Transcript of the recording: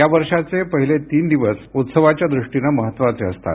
या वर्षाचे पहिले तीन दिवस उत्सवाच्या दृष्टिनं महत्त्वाचे असतात